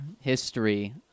history